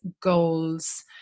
goals